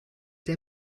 der